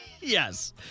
yes